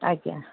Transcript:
ଆଜ୍ଞା